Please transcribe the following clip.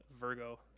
Virgo